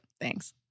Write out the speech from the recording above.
thanks